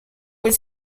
was